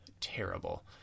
terrible